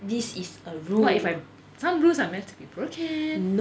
this is a rule